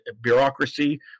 bureaucracy